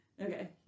Okay